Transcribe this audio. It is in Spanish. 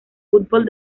fútbol